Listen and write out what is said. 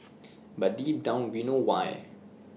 but deep down we know why